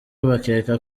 bakeka